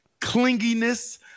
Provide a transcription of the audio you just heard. clinginess